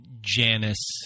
Janice